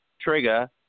Trigger